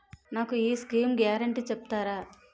నాకు ఈ schemes guarantee చెప్తారా?